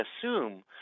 assume